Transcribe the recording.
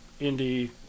indie